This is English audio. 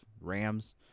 Rams